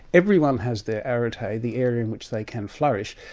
everyone has their arete, ah the area in which they can flourish,